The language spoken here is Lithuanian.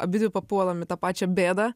abidvi papuolam į tą pačią bėdą